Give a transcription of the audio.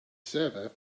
server